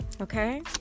okay